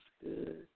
good